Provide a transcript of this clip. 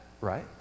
right